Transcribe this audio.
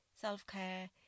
Self-care